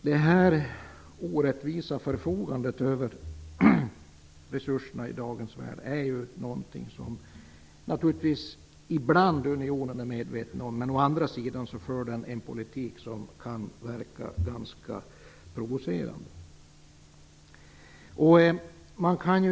Detta orättvisa förfogande över resurserna i dagens värld är något som unionen ibland naturligtvis är medveten om. Å andra sidan för unionen en politik som kan verka ganska provocerande.